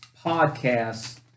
podcasts